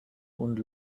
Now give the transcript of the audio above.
und